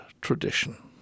tradition